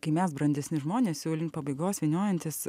kai mes brandesni žmonės jau link pabaigos vyniojantis